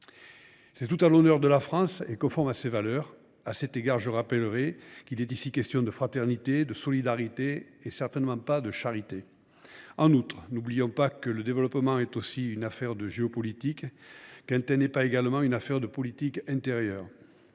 est tout à l’honneur de la France et conforme à ses valeurs. À cet égard, je rappelle qu’il est ici question de fraternité, de solidarité, et certainement pas de charité. En outre, n’oublions pas que le développement est aussi une affaire de géopolitique et parfois de politique intérieure.